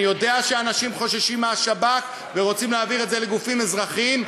אני יודע שאנשים חוששים מהשב"כ ורוצים להעביר את זה לגופים אזרחיים,